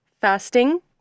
fasting